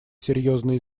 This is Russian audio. серьезные